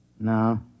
No